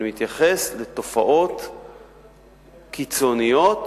אני מתייחס לתופעות קיצוניות,